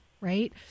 right